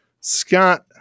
Scott